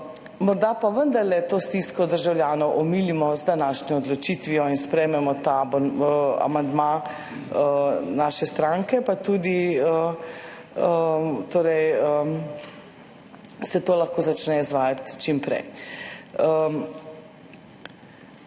morda pa vendarle omilimo to stisko državljanov z današnjo odločitvijo in sprejmemo ta amandma naše stranke, pa tudi to se lahko začne izvajati čim prej.